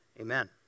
Amen